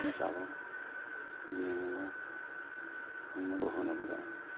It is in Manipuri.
ꯃꯐꯝ ꯆꯥꯕ ꯌꯦꯡꯉꯒ ꯊꯨꯡꯅꯕ ꯍꯣꯠꯅꯕꯗ